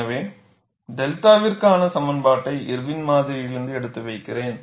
எனவே 𝛅 விற்கான சமன்பாட்டை இர்வின் மாதிரியிலிருந்து எடுத்து வைக்கிறேன்